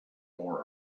more